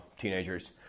teenagers